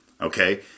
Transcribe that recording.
Okay